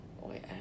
Wait